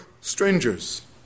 strangers